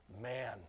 man